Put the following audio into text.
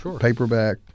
paperback